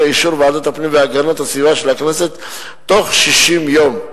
לאישור ועדת הפנים והגנת הסביבה של הכנסת בתוך 60 יום.